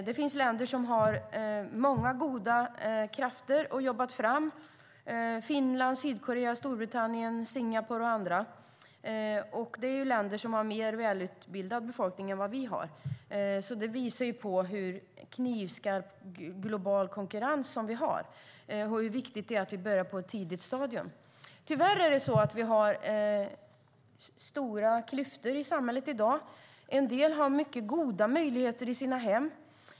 Det finns länder som har många goda krafter, till exempel Finland, Sydkorea, Storbritannien och Singapore - länder som har mer välutbildad befolkning än vad vi har. Det visar på hur knivskarp den globala konkurrensen är och hur viktigt det är att vi börjar med it på ett tidigt stadium. Tyvärr har vi stora klyftor i samhället i dag. En del har mycket goda möjligheter i sina hem.